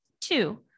Two